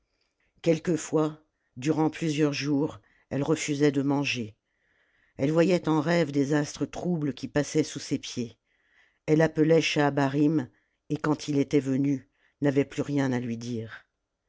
quelquefois durant plusieurs jours elle refusait de manger elle voyait en rêve des astres troubles qui passaient sous ses pieds elle appelait schahabarim et quand il était venu n'avait plus rien à lui dire